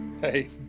hey